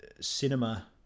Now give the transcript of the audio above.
cinema